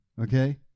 Okay